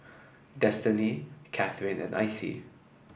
Destinee Cathryn and Icey